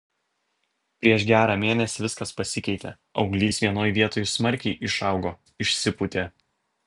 prieš gerą mėnesį viskas pasikeitė auglys vienoj vietoj smarkiai išaugo išsipūtė